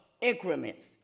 increments